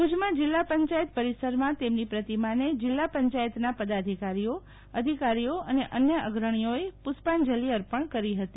ભુજમાં જીલ્લા પંચાયત પરિસરમાં તેમની પ્રતિમાને જીલ્લા પંચાયતના પદાધિકારીઓ અધિકારીઓ અને અન્ય અગ્રણીઓએ પુશ્પન્જલિઅર્પન કરી હતી